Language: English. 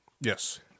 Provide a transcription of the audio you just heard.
yes